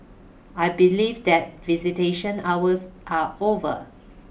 I believe that visitation hours are over